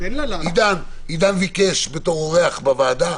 עידן ביקש כאורח בוועדה,